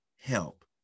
help